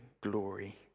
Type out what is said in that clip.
glory